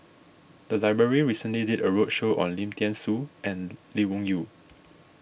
the library recently did a roadshow on Lim thean Soo and Lee Wung Yew